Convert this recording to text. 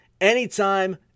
anytime